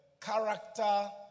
character